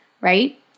right